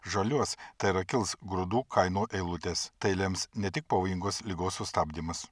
žaliuos tai yra kils grūdų kainų eilutės tai lems ne tik pavojingos ligos sustabdymas